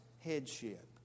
headship